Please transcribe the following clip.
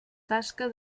tasca